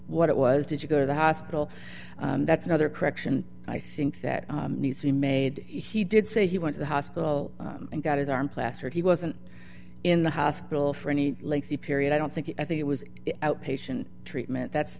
what it was did you go to the hospital that's another correction i think that needs to be made he did say he went to the hospital and got his arm plastered he wasn't in the hospital for any lengthy period i don't think i think it was outpatient treatment that's